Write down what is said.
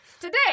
today